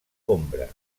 ombra